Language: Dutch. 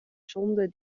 sonde